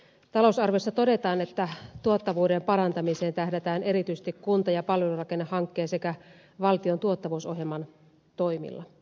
talousarviossa todetaan että tuottavuuden parantamiseen tähdätään erityisesti kunta ja palvelurakennehankkeen sekä valtion tuottavuusohjelman toimilla